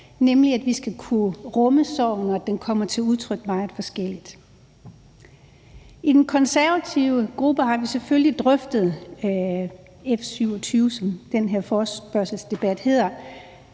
nemlig at vi skal kunne rumme sorgen, og at den kommer til udtryk meget forskelligt. I den konservative gruppe har vi selvfølgelig drøftet F 27, som den her forespørgselsdebat hedder,